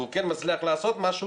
והוא כן מצליח לעשות משהו,